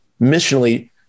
missionally